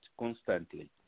constantly